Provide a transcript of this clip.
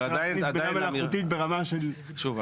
אבל עדיין האמירה --- צריך להכניס בינה מלאכותית ברמה של --- שוב,